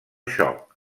xoc